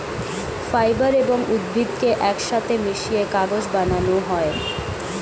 fibre এবং উদ্ভিদকে একসাথে মিশিয়ে কাগজ বানানো হয়